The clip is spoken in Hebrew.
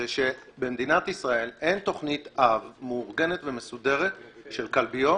זה שבמדינת ישראל אין תכנית אב מאורגנת ומסודרת של כלביות